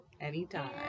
anytime